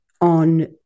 on